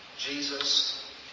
Jesus